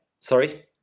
Sorry